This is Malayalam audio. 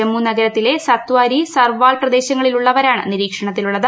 ജമ്മുനഗരത്തിലെ സത്വാരി സർവാൾ പ്രദേശങ്ങളിലുളളവരാണ് നിരീക്ഷണത്തിലുളളത്